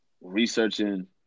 researching